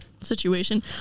situation